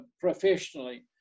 professionally